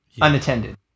unattended